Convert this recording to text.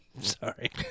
Sorry